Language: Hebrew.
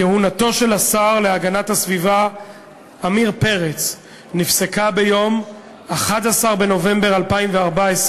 כי כהונתו של השר להגנת הסביבה עמיר פרץ נפסקה ביום 11 בנובמבר 2014,